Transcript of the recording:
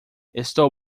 estou